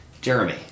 Jeremy